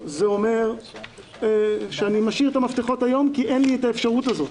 זה אומר שאני משאיר את המפתחות היום כי אין לי האפשרות הזאת.